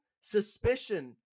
suspicion